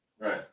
Right